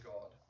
God